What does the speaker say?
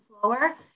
slower